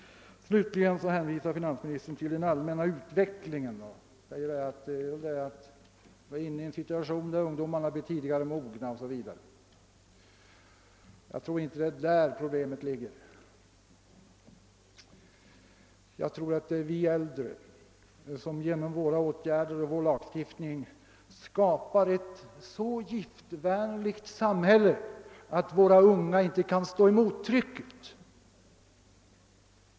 Slutligen hänvisar finansministern till den allmänna utvecklingen och säger att ungdomarna numera blir tidigare mogna 0. s. v. Jag tror inte att det är där problemet ligger. Det är vi äldre som genom våra åtgärder och vår lagstiftning skapar ett så giftvänligt samhälle, att våra unga inte kan stå emot trycket.